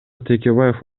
текебаев